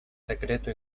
secreto